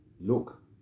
Look